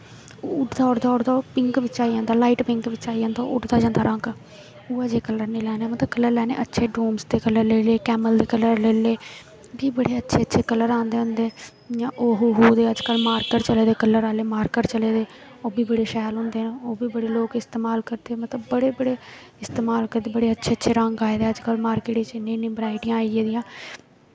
उड़दा उड़दा ओह् पिंक बिच्च आई जंदा लाईट पिंक आई जंदा उड़दा जंदा रंग उ'ऐ जेह् कल्लर निं लैने कल्लर लैने अच्छें डोमस दे कल्लर लेई ले कैमल दे कल्लर लेई ले कि बड़े अच्छे अच्चे कल्लर औंदे होंदे जां हो हो हो ते अजकल मार्कर चले दे कल्लर आह्ले मार्कर चले दे ओह् बी बड़े शैल होंदे न ओह् बी बड़े लोग इस्तेमाल करदे न ते बड़े बड़े अच्छे अच्छे रंग आए दे अजकल मार्किट बिच्च इन्नी इन्नी बराईटियां आई गेदियां